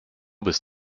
bist